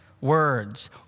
words